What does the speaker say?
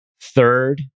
Third